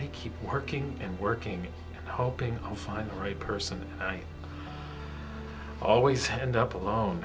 i keep working and working hoping i'll find the right person and i always end up alone